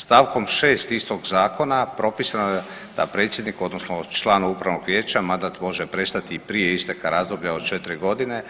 St. 6. istog zakona propisano je da predsjedniku odnosno članu upravnog vijeća mandat može prestati i prije isteka razdoblja od 4.g.,